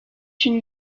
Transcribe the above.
une